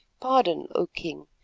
pardon, o king.